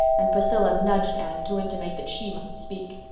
and priscilla nudged anne to intimate that she must speak.